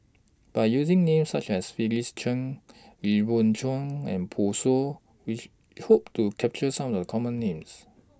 By using Names such as Felix Cheong Lee Wung and Pan Shou Which Hope to capture Some of The Common Names